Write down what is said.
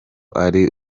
ari